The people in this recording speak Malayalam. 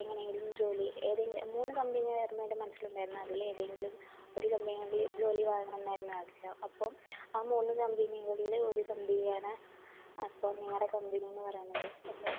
എങ്ങനേങ്കിലും ജോലി ഏതേ മൂന്ന് കമ്പനിയായിരുന്നു എൻ്റെ മനസ്സിലുണ്ടായിരുന്നത് അതിലേതെങ്കിലും ഒരു കമ്പനികളിൽ ജോലി വാങ്ങണം എന്നായിരുന്നു ആഗ്രഹം അപ്പം ആ മൂന്ന് കമ്പനികളിൽ ഒരു കമ്പനിയാണ് അപ്പം നിങ്ങളുടെ കമ്പനിയെന്നു പറയുന്നത് അപ്പം